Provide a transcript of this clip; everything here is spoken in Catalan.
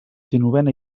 dinovena